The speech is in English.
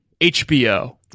HBO